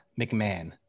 McMahon